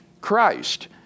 Christ